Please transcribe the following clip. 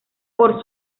por